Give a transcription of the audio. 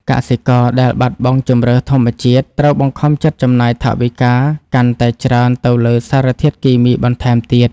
កសិករដែលបាត់បង់ជម្រើសធម្មជាតិ ត្រូវបង្ខំចិត្តចំណាយថវិកាកាន់តែច្រើនទៅលើសារធាតុគីមីបន្ថែមទៀត។